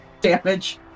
damage